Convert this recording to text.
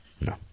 No